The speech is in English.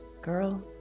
Girl